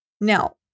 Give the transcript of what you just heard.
Now